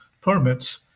permits